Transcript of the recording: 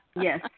Yes